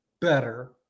Better